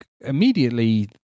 immediately